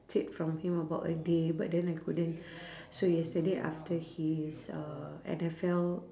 it from him about a day but then I couldn't so yesterday after his uh N_F_L